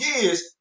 years